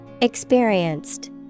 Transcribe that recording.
Experienced